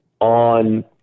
on